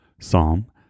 Psalm